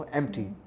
empty